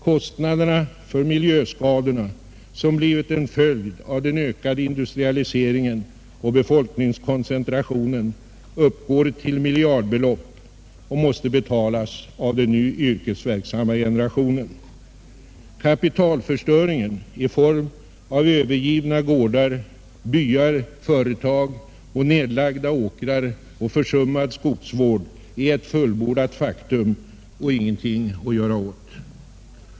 Kostnaderna för miljöskadorna, som blivit en följd av den ökade industrialiseringen och befolkningskoncentrationen, uppgår till miljardbelopp och måste betalas av den nu yrkesverksamma generationen. Kapitalförstöringen i form av övergivna gårdar, byar och företag, nedlagda åkrar och försummad skogsvård är ett fullbordat faktum och ingenting att göra åt.